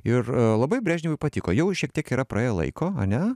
ir labai brežnevui patiko jau šiek tiek yra praėję laiko ane